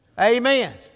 Amen